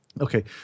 Okay